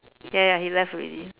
ya ya he left already